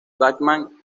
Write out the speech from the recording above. batman